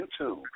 YouTube